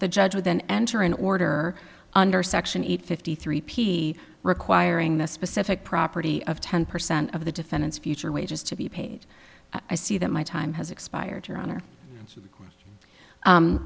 the judge would then enter an order under section eight fifty three p requiring the specific property of ten percent of the defendant's future wages to be paid i see that my time has expired your honor